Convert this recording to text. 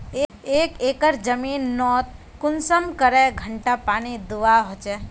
एक एकर जमीन नोत कुंसम करे घंटा पानी दुबा होचए?